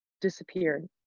disappeared